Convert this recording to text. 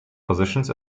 positions